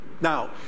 Now